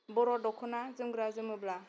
बर' दख'ना जोमग्रा जोमोब्ला